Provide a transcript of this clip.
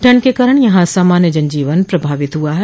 ठंड के कारण यहां सामान्य जन जीवन प्रभावित हुआ है